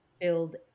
build